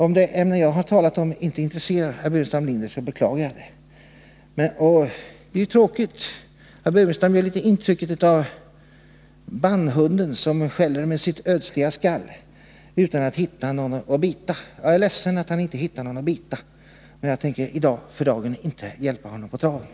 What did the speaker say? Om det ämne jag har talat om inte intresserar herr Burenstam Linder, så beklagar jag det. Det är tråkigt att herr Burenstam Linder skall behöva ge intryck av att vara bandhunden som står där med sitt ödsliga skall utan att hitta någon att bita. Jag är ledsen att han inte hittar någon att bita, men jag tänker för dagen inte hjälpa honom på traven.